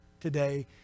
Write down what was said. today